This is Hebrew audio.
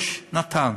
יש נט"ן.